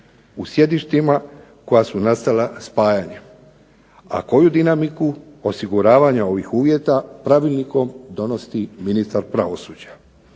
u sjedištima koja su nastala spajanjem, a koju dinamiku osiguravanja ovih uvjeta pravilnikom donosi ministar pravosuđa.